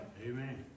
Amen